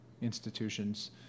institutions